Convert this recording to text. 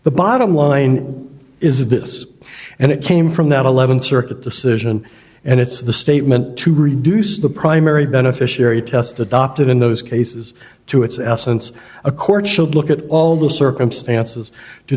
the bottom line is this and it came from that eleventh circuit the solution and it's the statement to reduce the primary beneficiary test adopted in those cases to its essence a court should look at all the circumstances to